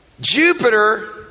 Jupiter